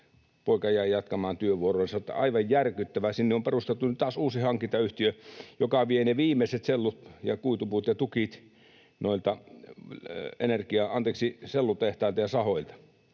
poika jäi jatkamaan työvuoroansa. Aivan järkyttävää: Sinne on perustettu nyt taas uusi hankintayhtiö, joka vie ne viimeiset sellu- ja kuitupuut ja tukit noilta sellutehtailta ja sahoilta.